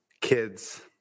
kids